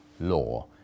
law